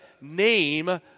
name